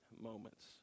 moments